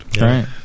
right